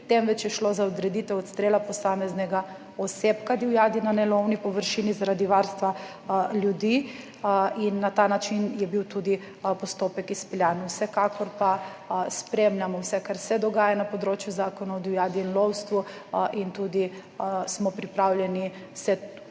temveč je šlo za odreditev odstrela posameznega osebka divjadi na nelovni površini zaradi varstva ljudi. In na ta način je bil tudi postopek izpeljan. Vsekakor pa spremljamo vse, kar se dogaja na področju Zakona o divjadi in lovstvu. In smo se tudi pripravljeni